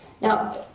Now